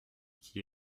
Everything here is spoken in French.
qui